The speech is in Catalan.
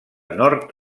nord